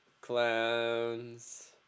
clowns